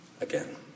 again